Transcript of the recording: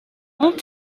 ans